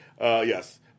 Yes